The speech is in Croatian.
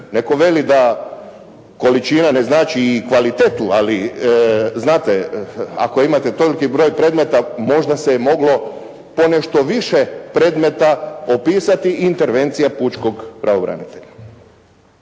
Netko veli da količina ne znači i kvalitetu, ali znate ako imate toliki broj predmeta možda se je moglo ponešto više predmeta opisati intervencija pučkog pravobranitelja.